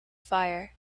fire